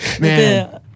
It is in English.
Man